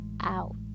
out